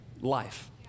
life